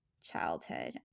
childhood